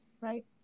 Right